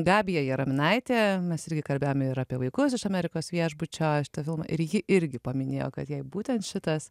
gabija jaraminaitė mes irgi kalbėjome ir apie vaikus iš amerikos viešbučio šitą filmą ir ji irgi paminėjo kad jai būtent šitas